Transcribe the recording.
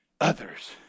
Others